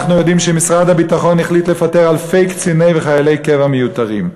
אנחנו יודעים שמשרד הביטחון החליט לפטר אלפי קציני וחיילי קבע מיותרים.